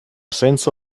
senza